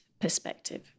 perspective